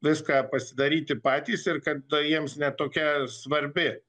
viską pasidaryti patys ir kad tai jiems ne tokia svarbi